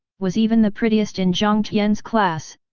was even the prettiest in jiang tian's class,